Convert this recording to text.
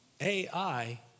AI